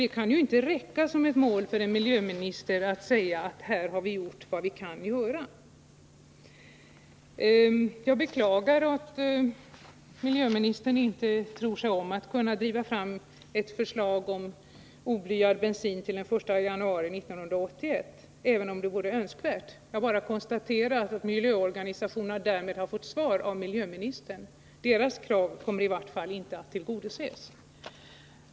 Det kan ju inte räcka som mål för en miljöminister att säga: Här har vi gjort vad vi kan göra. Jag beklagar att miljöministern inte tror sig om att kunna driva fram ett förslag om oblyad bensin till den 1 januari 1981, även om det vore önskvärt. Jag bara konstaterar att miljöorganisationerna därmed har fått svar av miljöministern. Deras krav kommer i varje fall inte att tillgodoses.